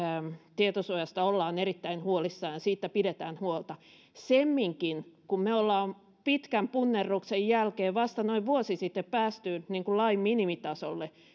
tietosuojasta ollaan erittäin huolissaan ja siitä pidetään huolta semminkin kun me olemme pitkän punnerruksen jälkeen vasta noin vuosi sitten päässeet lain minimitasolle